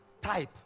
type